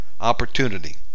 opportunity